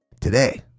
Today